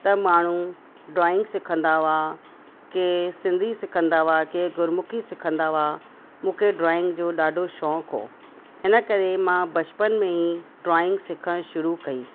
त माण्हू ड्रॉइंग सिखंदा हुआ कि सिंधी सिखंदा हुआ कि गुरमुखी सिखंदा हुआ मूंखे ड्रॉइंग जो ॾाढो शौक़ु हो हिन करे मां बचपन में ड्रॉइंग सिखण शुरू कई